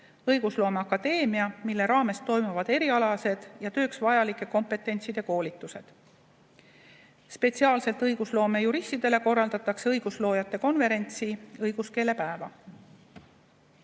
õigusloomeakadeemia, mille raames toimuvad erialased ja tööks vajaliku kompetentsi teemalised koolitused. Spetsiaalselt õigusloomejuristidele korraldatakse õigusloojate konverentsi õiguskeelepäeva.